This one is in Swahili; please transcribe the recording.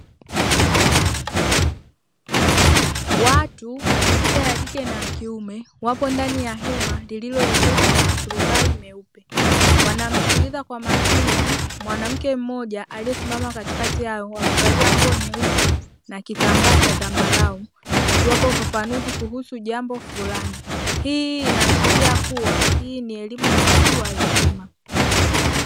Watu wa jinsia ya kike na ya kiume wapo ndani ya hema lililoezekwa kwa maturubai meupe. Wanamsikiliza kwa makini mwanamke mmoja aliyesimama katikati yao, wamevalia nguo nyeusi na kitambaa cha zambarau akiwapa ufafanuzi kuhusu jambo flani. Hii inaashiria kuwa hii ni elimu ya watu wazima.